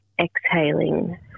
exhaling